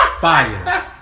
Fire